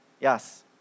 Yes